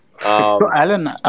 alan